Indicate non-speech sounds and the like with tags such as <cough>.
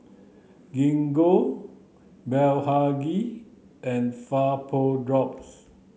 Gingko Blephagel and <unintelligible>